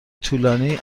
طولانی